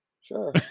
Sure